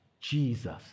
Jesus